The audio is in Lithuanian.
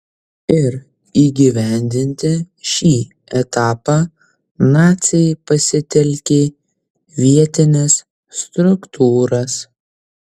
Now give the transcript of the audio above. ir įgyvendinti šį etapą naciai pasitelkė vietines struktūras